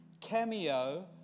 cameo